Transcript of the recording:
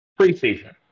preseason